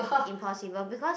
impossible because